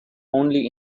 only